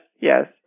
yes